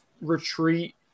retreat